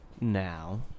Now